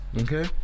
Okay